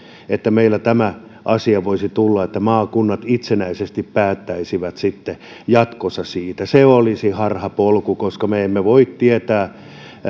että meillä tämä asia voisi tulla niin että maakunnat itsenäisesti päättäisivät jatkossa siitä se olisi harhapolku koska me emme voi tietää